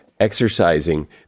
Exercising